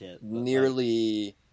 nearly